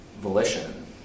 volition